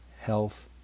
health